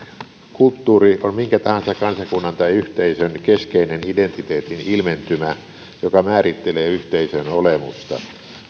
kulttuuri on minkä tahansa kansakunnan tai yhteisön keskeinen identiteetin ilmentymä joka määrittelee yhteisön olemusta